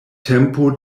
tempo